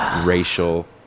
racial